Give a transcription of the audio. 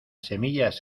semillas